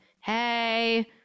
hey